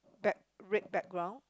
black red background